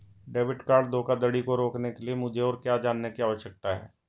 Debit card धोखाधड़ी को रोकने के लिए मुझे और क्या जानने की आवश्यकता है?